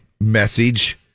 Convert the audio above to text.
message